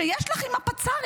שיש לך עם הפצ"רית.